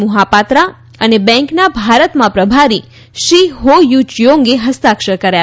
મોહાપાત્રા અને બેન્કના ભારતમાં પ્રભારી શ્રી હો યું જિયોંગે હસ્તાક્ષર કર્યા